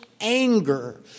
anger